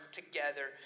together